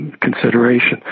consideration